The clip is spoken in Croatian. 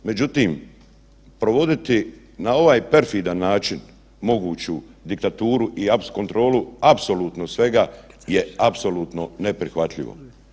Međutim, provoditi na ovaj perfidan način moguću diktaturu i kontrolu apsolutno svega je apsolutno neprihvatljivo.